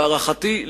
להערכתי,